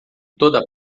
toda